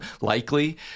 likely